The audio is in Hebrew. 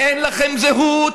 אין לכם זהות,